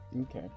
Okay